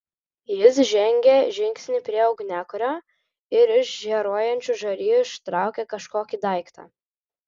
jis žengė žingsnį prie ugniakuro ir iš žėruojančių žarijų ištraukė kažkokį daiktą